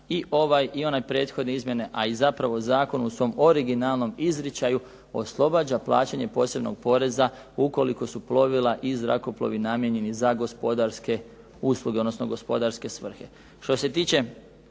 i ovaj i one prethodne izmjene, a i zapravo zakon u svom originalnom izričaju oslobađa plaćanje posebnog poreza ukoliko su plovila i zrakoplovi namijenjeni za gospodarske usluge, odnosno gospodarske svrhe.